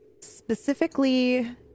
Specifically